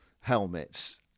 helmets